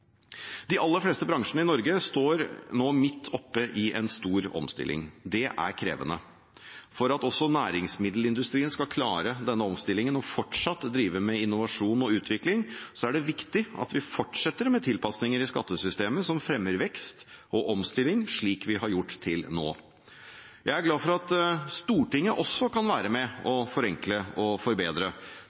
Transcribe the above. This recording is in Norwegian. De aller fleste bransjene i Norge står midt oppe i en stor omstilling. Det er krevende. For at også næringsmiddelindustrien skal klare denne omstillingen og fortsatt drive med innovasjon og utvikling, er det viktig at vi fortsetter med tilpasninger i skattesystemet som fremmer vekst og omstilling, slik vi har gjort til nå. Jeg er glad for at Stortinget også kan være med på å forenkle og forbedre.